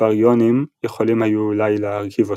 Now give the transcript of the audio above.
באריונים יכולים היו אולי להרכיב אותו.